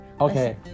Okay